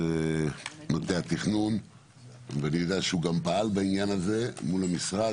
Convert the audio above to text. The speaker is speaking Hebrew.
מטה התכנון ואני יודע שהוא גם פעל בעניין הזה מול המשרד,